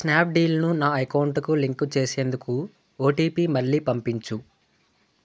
స్నాప్డీల్ను నా అకౌంటుకి లింకు చేసేందుకు ఓటీపీ మళ్ళీ పంపించుము